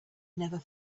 never